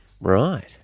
Right